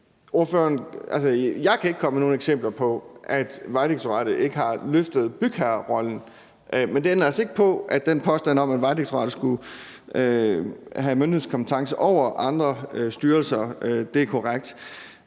jeg kan ikke komme med nogen eksempler på, at Vejdirektoratet ikke har løftet bygherrerollen. Men den påstand om, at Vejdirektoratet skulle have myndighedskompetence over andre styrelser, er ikke korrekt.